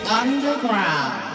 underground